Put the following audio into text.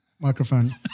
Microphone